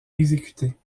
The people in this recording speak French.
exécutée